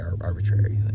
arbitrary